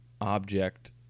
object